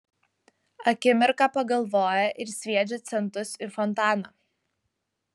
akimirką pagalvoja ir sviedžia centus į fontaną